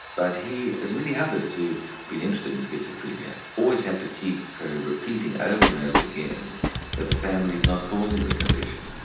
but he, as many others who been interested in schizophrenia, always have to keep repeating over and over again that the family is not causing the condition.